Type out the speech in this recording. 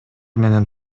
менен